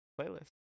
playlist